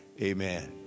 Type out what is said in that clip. Amen